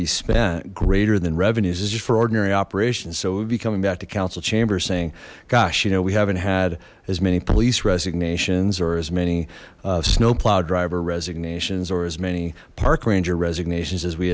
spent greater than revenues is for ordinary operations so we'll be coming back to council chambers saying gosh you know we haven't had as many police resignations or as many snowplow driver resignations or as many park ranger resignations as we